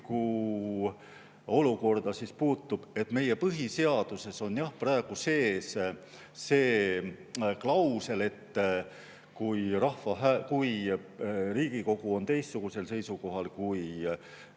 olukorda puutub, siis meie põhiseaduses on praegu sees klausel, et kui Riigikogu on teistsugusel seisukohal, kui